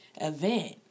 event